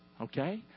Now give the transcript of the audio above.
Okay